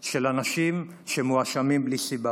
של אנשים שמואשמים בלי סיבה.